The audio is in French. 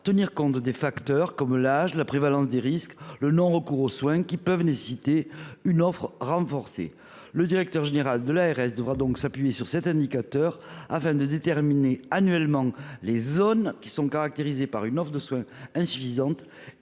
tenir compte des facteurs, comme l’âge, la prévalence des risques ou le non recours aux soins, qui peuvent nécessiter une offre renforcée. Le directeur général de l’ARS devra donc s’appuyer sur cet indicateur pour déterminer annuellement les zones qui sont caractérisées par une offre de soins insuffisante,